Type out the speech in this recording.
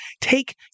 take